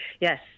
Yes